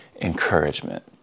encouragement